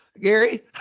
gary